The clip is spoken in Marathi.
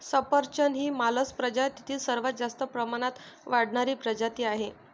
सफरचंद ही मालस प्रजातीतील सर्वात जास्त प्रमाणात वाढणारी प्रजाती आहे